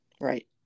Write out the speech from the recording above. Right